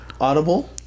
Audible